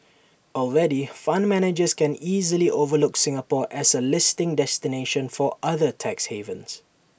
already fund managers can easily overlook Singapore as A listing destination for other tax havens